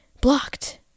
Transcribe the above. blocked